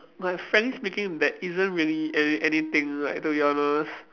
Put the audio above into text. like frankly speaking there isn't really any~ anything like to be honest